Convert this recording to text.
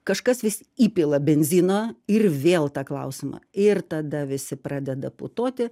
kažkas vis įpila benzino ir vėl tą klausimą ir tada visi pradeda putoti